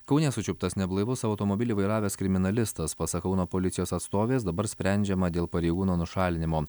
kaune sučiuptas neblaivus automobilį vairavęs kriminalistas pasak kauno policijos atstovės dabar sprendžiama dėl pareigūno nušalinimo